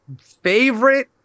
Favorite